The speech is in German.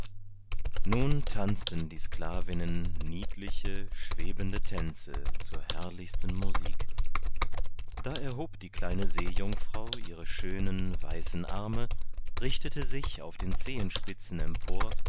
nun tanzten die sklavinnen niedliche schwebende tänze zur herrlichsten musik da erhob die kleine seejungfrau ihre schönen weißen arme richtete sich auf den zehenspitzen empor